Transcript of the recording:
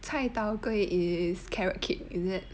cai tao kway is carrot cake is it